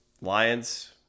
Lions